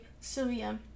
Sylvia